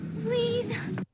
Please